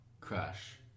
crash